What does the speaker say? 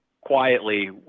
quietly